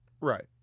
right